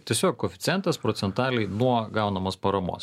tiesiog koeficientas procentaliai nuo gaunamos paramos